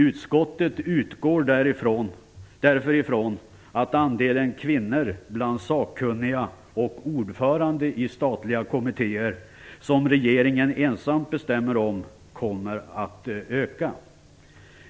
Utskottet utgår därför ifrån att andelen kvinnor bland sakkunniga och ordförande i statliga kommittéer som regeringen ensam bestämmer om kommer att öka.